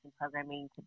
programming